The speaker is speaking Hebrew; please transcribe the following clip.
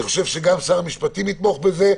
אני חושב שגם שר המשפטים יתמוך בזה,